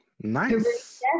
nice